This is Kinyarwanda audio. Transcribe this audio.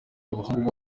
abahungu